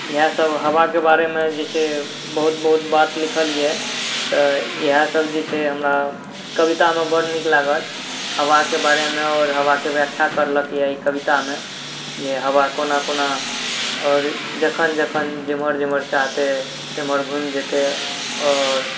इएहसब हवाके बारेमे जे छै बहुत बहुत बात लिखल अइ तऽ इएहसब जे छै हमरा कवितामे बड़ नीक लागल हवाके बारेमे आओर हवाके व्याख्या करलक अइ ई कवितामे जे हवा कोना कोना आओर जखन जखन जेम्हर जेम्हर चाहतै तेम्हर घुमि जेतै आओर